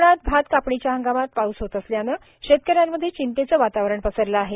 कोकणात भात कापणीच्या हंगामात पाऊस होत असल्याने शेतकऱ्यांमध्ये चिंतेचं वातावरण पसरलं आहे